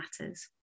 matters